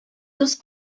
дус